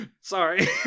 Sorry